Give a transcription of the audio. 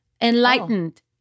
enlightened